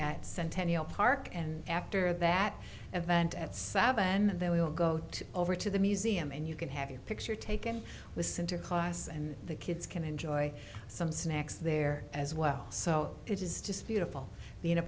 at centennial park and after that event at seven and then we will go to over to the museum and you can have your picture taken with center class and the kids can enjoy some snacks there as well so it is just beautiful